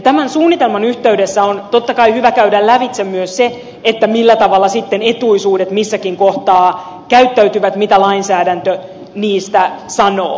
tämän suunnitelman yhteydessä on totta kai hyvä käydä lävitse myös se millä tavalla sitten etuisuudet missäkin kohtaa käyttäytyvät mitä lainsäädäntö niistä sanoo